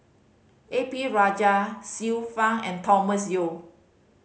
A P Rajah Xiu Fang and Thomas Yeo